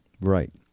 Right